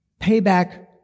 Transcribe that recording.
Payback